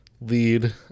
lead